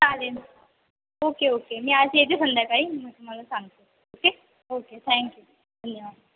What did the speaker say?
चालेल okay okay मी आज येते संध्याकाळी मी तुम्हाला सांगते ओके ओके थँक्यू धन्यवाद